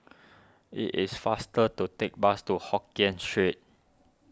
it is faster to take bus to Hokien Street